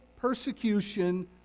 persecution